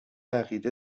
عقیده